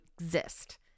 exist